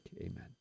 amen